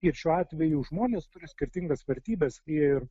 ir šiuo atveju žmonės turi skirtingas vertybes ir